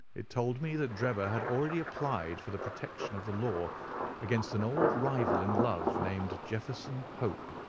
it told me that drebber had already applied for the protection of the law against an old rival in love, named jefferson hope,